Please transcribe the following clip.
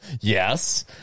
Yes